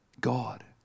God